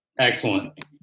Excellent